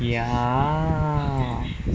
ya